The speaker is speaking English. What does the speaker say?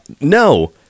No